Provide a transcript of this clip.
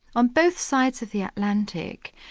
on both sides of the atlantic,